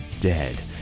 Dead